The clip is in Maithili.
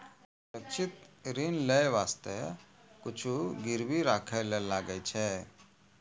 सुरक्षित ऋण लेय बासते कुछु गिरबी राखै ले लागै छै